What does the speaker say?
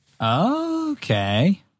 Okay